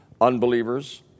unbelievers